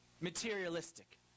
materialistic